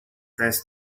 test